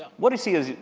ah what do you see as,